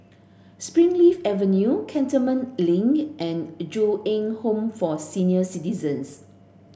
Springleaf Avenue Cantonment Link and Ju Eng Home for Senior Citizens